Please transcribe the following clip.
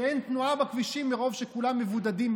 אין תנועה בכבישים מרוב שכולם מבודדים,